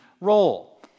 role